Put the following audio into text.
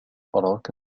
أراك